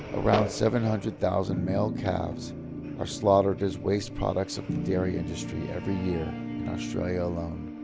around seven hundred thousand male calves are slaughtered as waste products of the dairy industry every year in australia alone.